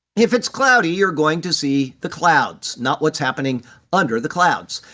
if it's cloudy, you're going to see the clouds, not what's happening under the clouds.